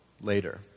later